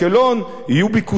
יהיו ביקושים אדירים,